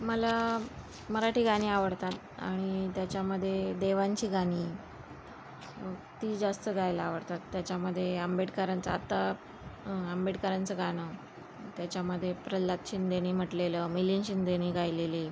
मला मराठी गाणी आवडतात आणि त्याच्यामध्ये देवांची गाणी ती जास्त गायला आवडतात त्याच्यामध्ये आंबेडकरांचं आत्ता आंबेडकरांचं गाणं त्याच्यामध्ये प्रल्हाद शिंदेंनी म्हटलेलं मिलिंद शिंदेंनी गायलेली